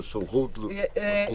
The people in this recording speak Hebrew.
ויצרף אותה לבקשה;" בהמשך לאותו סיפור